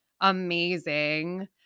amazing